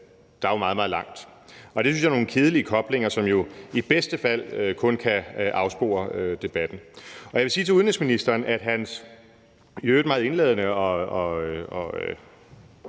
er der meget, meget langt. Det synes jeg er nogle kedelige koblinger, som jo i bedste fald kun kan afspore debatten. Jeg vil sige til udenrigsministeren, at hans i øvrigt meget indladende og